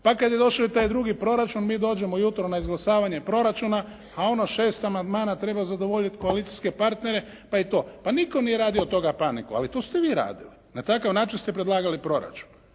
Pa kad je došao i taj drugi proračun mi dođemo u jutro na izglasavanje proračuna, a ono 6 amandmana treba zadovoljiti koalicijske partnere, pa i to. Pa nitko nije radio od toga paniku. Ali to ste vi radili. Na takav način ste predlagali proračun.